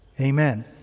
Amen